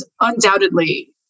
undoubtedly